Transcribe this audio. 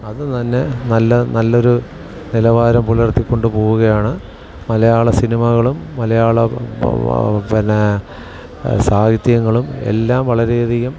അത് തന്നെ നല്ല നല്ലൊരു നിലവാരം പുലർത്തിക്കൊണ്ട് പോവുകയാണ് മലയാള സിനിമകളും മലയാള പിന്നെ സാഹിത്യങ്ങളും എല്ലാം വളരെ അധികം